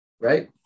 right